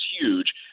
huge